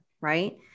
right